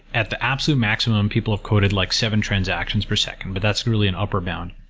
at the absolutely maximum, people have quoted like seven transactions per second, but that's really an upper bound.